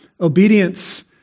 obedience